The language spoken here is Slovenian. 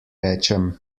rečem